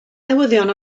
newyddion